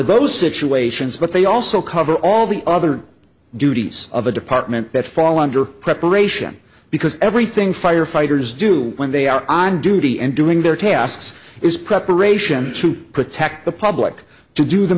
those situations but they also cover all the other duties of a department that fall under preparation because everything firefighters do when they are on duty and doing their tasks is preparation to protect the public to do the